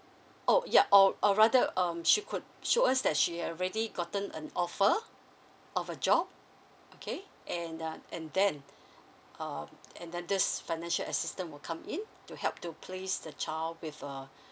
oh ya or or rather um she could show us that she already gotten an offer of a job okay and uh and then um and then this financial assistant will come in to help to place the child with a